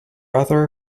other